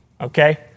Okay